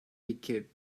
wicked